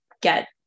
get